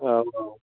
औ औ